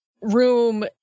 room